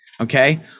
Okay